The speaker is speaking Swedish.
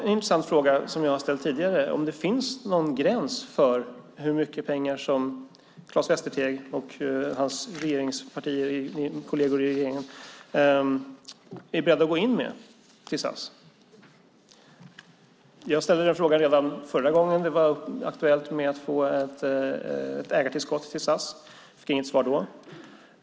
En intressant fråga som jag har ställt tidigare är om det finns någon gräns för hur mycket pengar som Claes Västerteg och hans kolleger i de partier som ingår i regeringen är beredda att gå in med till SAS. Jag ställde den frågan redan förra gången det var aktuellt med ett ägartillskott till SAS, och jag fick inte något svar då.